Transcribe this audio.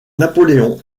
napoléon